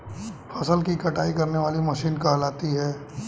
फसल की कटाई करने वाली मशीन कहलाती है?